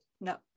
No